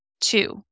Two